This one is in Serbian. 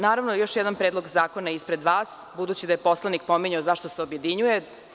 Naravno, još jedan Predlog zakona je ispred vas budući da je poslanik pominjao zašto se objedinjuje.